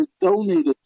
donated